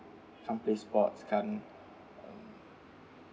can't play sport can't